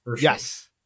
Yes